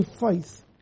faith